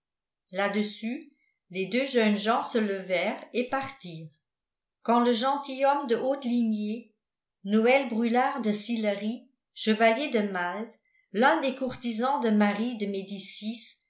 la dessus les deux jeunes gens se levèrent et partirent quand le gentilhomme de haute lignée noël brulart de sillery chevalier de malte l'un des courtisans de marie de médicis